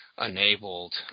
enabled